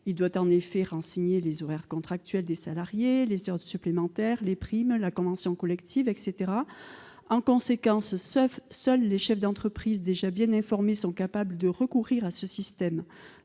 Il doit en effet renseigner les horaires contractuels des salariés, les heures supplémentaires, les primes, la convention collective ... En conséquence, seuls les chefs d'entreprise déjà bien informés sont capables de recourir à ce système.